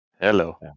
Hello